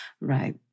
Right